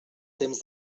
temps